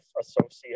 Associate